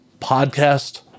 podcast